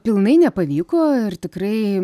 pilnai nepavyko ir tikrai